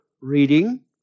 reading